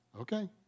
Okay